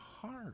heart